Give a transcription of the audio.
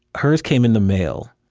hers came in the mail.